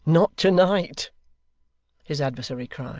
not to-night his adversary cried.